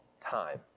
time